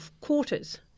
quarters